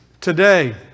today